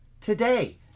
today